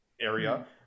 area